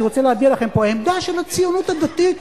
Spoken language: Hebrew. אני רוצה להביע לכם פה עמדה של הציונות הדתית,